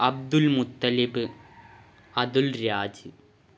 Abdul Muthalib Atulraj